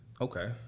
Okay